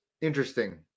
interesting